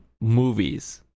movies